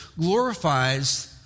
glorifies